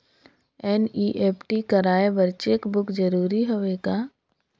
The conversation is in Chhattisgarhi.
एन.ई.एफ.टी कराय बर चेक बुक जरूरी हवय का?